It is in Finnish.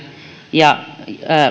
ja